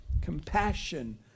Compassion